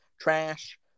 trash